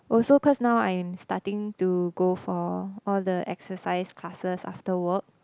also cause now I'm starting to go for all the exercise classes after work